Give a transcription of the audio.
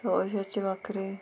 तवश्याची भाकरी